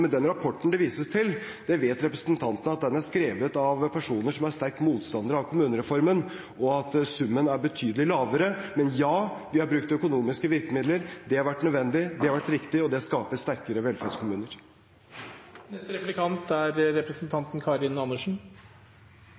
rammer. Den rapporten det vises til – det vet representanten – er skrevet av personer som er sterke motstandere av kommunereformen, og summen er betydelig lavere. Men ja, vi har brukt økonomiske virkemidler. Det har vært nødvendig. Det har vært riktig. Og det skaper sterkere